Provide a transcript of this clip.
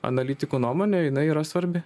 analitiko nuomonė jinai yra svarbi